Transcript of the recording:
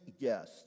guest